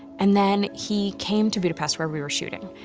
and then he came to budapest where we were shooting,